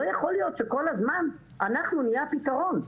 לא יכול להיות שכל הזמן אנחנו נהיה הפתרון.